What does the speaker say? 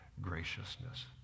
graciousness